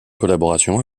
collaboration